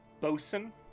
Bo'sun